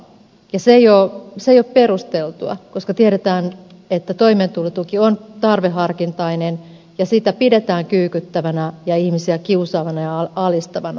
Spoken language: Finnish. se ei ole perusteltua koska tiedetään että toimeentulotuki on tarveharkintainen ja sitä pidetään kyykyttävänä ja ihmisiä kiusaavana ja jopa alistavana